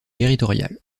territorial